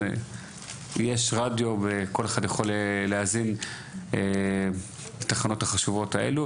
יש רדיו וכל אחד יכול להאזין לתחנות החשובות האלה,